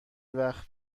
وقت